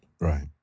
right